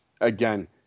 again